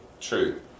true